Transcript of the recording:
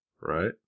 Right